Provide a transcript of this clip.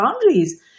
boundaries